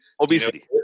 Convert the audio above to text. obesity